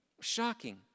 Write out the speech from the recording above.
Shocking